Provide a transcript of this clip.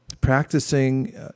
practicing